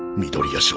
midoriya? so